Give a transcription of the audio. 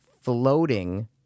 floating